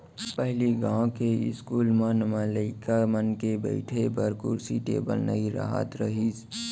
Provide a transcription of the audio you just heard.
पहिली गॉंव के इस्कूल मन म लइका मन के बइठे बर कुरसी टेबिल नइ रहत रहिस